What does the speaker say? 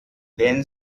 wenn